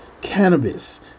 cannabis